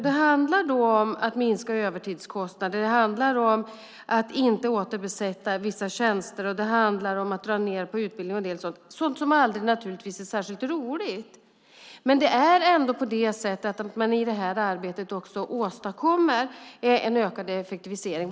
Det handlar då om att minska övertidskostnader, att inte återbesätta vissa tjänster, att dra ned på utbildning och en del andra saker - sådant som naturligtvis aldrig är särskilt roligt. Men det är ändå på det sättet att man i det här arbetet också åstadkommer en ökad effektivisering.